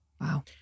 Wow